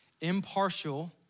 impartial